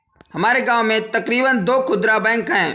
हमारे गांव में तकरीबन दो खुदरा बैंक है